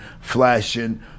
flashing